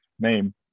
name